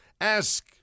ask